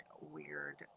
weird